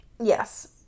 Yes